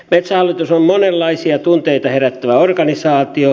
metsähallitus on monenlaisia tunteita herättävä organisaatio